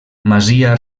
masia